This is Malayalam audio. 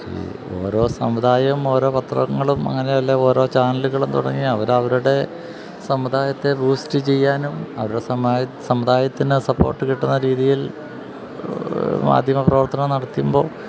ഈ ഓരോ സമുദായവും ഓരോ പത്രങ്ങളും അങ്ങനെയല്ലെങ്കില് ഓരോ ചാനലുകളും തുടങ്ങി അവരവരുടെ സമുദായത്തെ ബൂസ്റ്റ് ചെയ്യാനും അവരുടെ സമുദായത്തിന് സപ്പോർട്ട് കിട്ടുന്ന രീതിയിൽ മാധ്യമപ്രവർത്തനം നടത്തുമ്പോള്